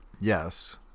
Yes